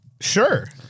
Sure